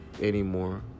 anymore